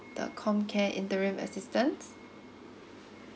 the comcare interim assistance